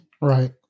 right